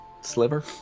sliver